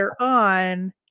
on